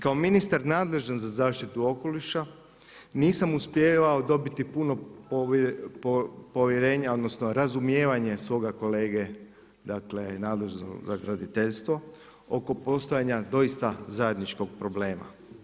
Kao ministar nadležan za zaštitu okoliša nisam uspijevao dobiti puno povjerenje, odnosno razumijevanje svoga kolege, dakle nadležnog za graditeljstvo oko postojanja doista zajedničkog problema.